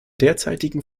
derzeitigen